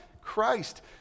Christ